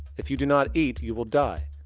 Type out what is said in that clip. if you do not eat you will die.